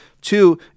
Two